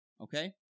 Okay